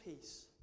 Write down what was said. peace